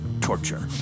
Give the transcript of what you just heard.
torture